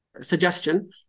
suggestion